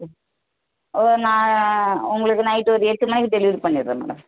நான் உங்களுக்கு நைட்டு ஒரு எட்டு மணிக்கு டெலிவரி பண்ணிடுறேன் மேடம்